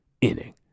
inning